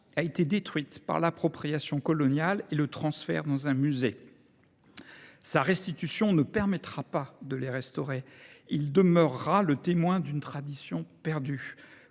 a été détruite par l'appropriation coloniale et le transfert dans un musée. Sa restitution ne permettra pas de les restaurer. Il demeurera le témoin d'une tradition perdue.